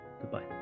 Goodbye